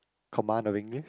command of English